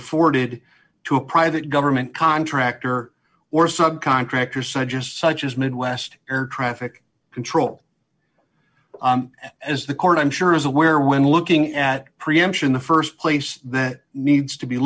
afforded to a private government contractor or subcontractor suggest such as midwest air traffic control as the court i'm sure is aware when looking at preemption the st place that needs to be